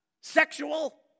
Sexual